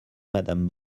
madame